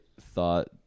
thought